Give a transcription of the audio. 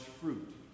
fruit